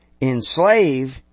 enslave